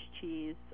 cheese